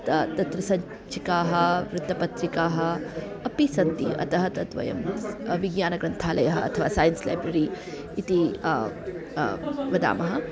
ताः तत्र सज्जिकाः वृत्तपत्रिकाः अपि सन्ति अतः तत् वयम् विज्ञानग्रन्थालयः अथवा सैन्स् लैब्ररि इति वदामः